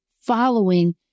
following